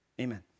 Amen